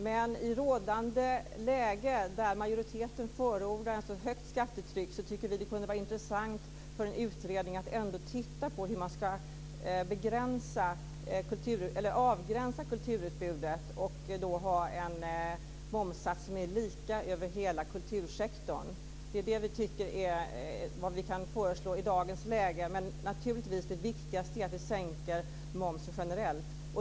Men i rådande läge, där majoriteten förordar ett så högt skattetryck, tycker vi att det kunde vara intressant för en utredning att titta på hur man ska avgränsa kulturutbudet och då ha en momssats som är lika över hela kultursektorn. Det är vad vi kan föreslå i dagens läge. Det viktigaste är naturligtvis att sänka momsen generellt.